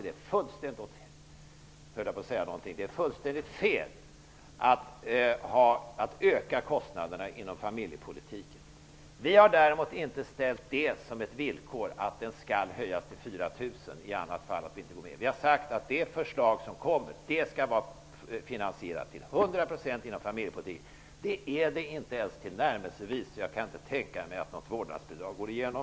Det är fullständigt fel att öka kostnaderna inom familjepolitiken. Vi har däremot inte ställt detta som ett villkor och sagt att bidraget skall höjas till 4 000 kr och att vi i annat fall inte går med på det. Vi har sagt att det vårdnadsbidrag som föreslås till hundra procent skall vara finanseriat inom familjepolitiken. Det är det tillnärmelsevis inte. Därför kan jag inte tänka mig att något vårdnadsbidrag går igenom.